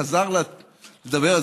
חזר לדבר,